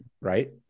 right